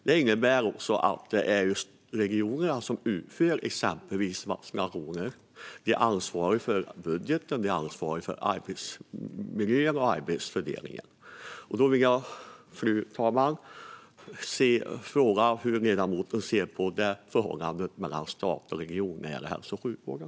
Det innebär att det är regionerna som utför exempelvis vaccinationer och som ansvarar för budgeten, arbetsmiljön och arbetsfördelningen. Därför vill jag fråga hur ledamoten ser på förhållandet mellan stat och region när det gäller hälso och sjukvården.